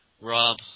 Rob